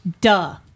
duh